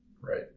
Right